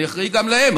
אני אחראי גם להם,